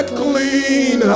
clean